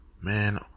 man